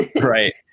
Right